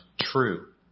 true